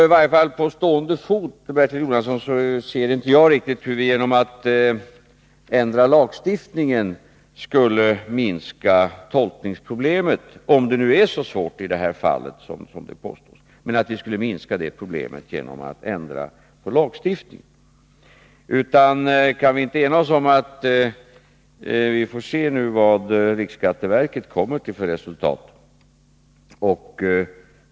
I varje fall kan jag på stående fot, Bertil Jonasson, inte se hur vi genom att ändra lagstiftningen skulle kunna minska tolkningsproblemet, om det nu är så svårt i det här fallet som det påstås. Kan vi inte enas om att avvakta riksskatteverkets resultat?